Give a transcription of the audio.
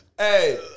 Hey